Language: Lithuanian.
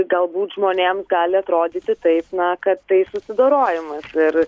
galbūt žmonėm gali atrodyti visi taip na kas tai susidorojimas ir